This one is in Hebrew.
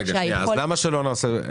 ברגע שנוגעים בו מה קורה?